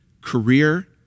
career